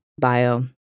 bio